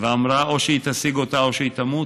אמרה: או שהיא תשיג אותה או שהיא תמות,